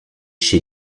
chez